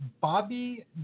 Bobby